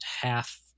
half